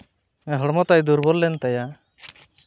ᱦᱚᱲᱢᱚ ᱛᱟᱭ ᱫᱩᱨᱵᱚᱞ ᱞᱮᱱ ᱛᱟᱭᱟ